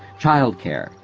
child care,